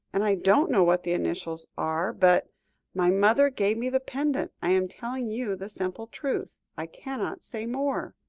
and i don't know what the initials are, but my mother gave me the pendant. i am telling you the simple truth. i cannot say more.